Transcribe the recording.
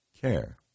care